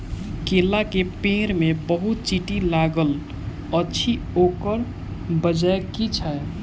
केला केँ पेड़ मे बहुत चींटी लागल अछि, ओकर बजय की छै?